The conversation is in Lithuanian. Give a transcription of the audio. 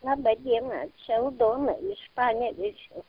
laba diena čia aldona iš panevėžio